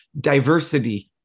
diversity